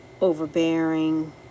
overbearing